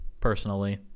personally